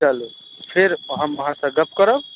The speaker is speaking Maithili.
चलू फेर हम अहाँ सॅं गप्प करब